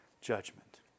judgment